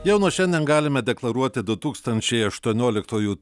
jau nuo šiandien galime deklaruoti du tūkstančiai aštuonioliktųjų